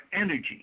energy